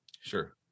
sure